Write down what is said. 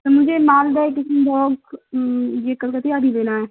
مجھے Malda kitchen blog یہ کلکتیادی لینا ہے